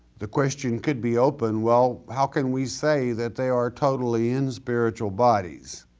the question could be open, well how can we say that they are totally in spiritual bodies?